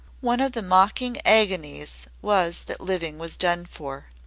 one of the mocking agonies was that living was done for.